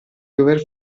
dover